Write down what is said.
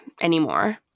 anymore